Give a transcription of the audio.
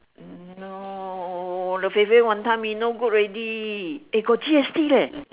no the fei-fei wanton-mee not good already eh got G_S_T leh